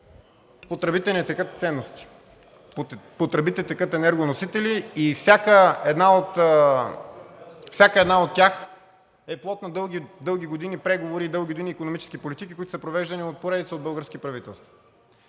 по тръбите не текат ценности, по тръбите текат енергоносители и всяка една от тях е плод на дълги години преговори и дълги години икономически политики, които са провеждани от поредица български правителства.